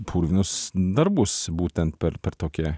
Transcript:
purvinus darbus būtent per per tokią